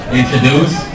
introduce